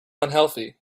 unhealthy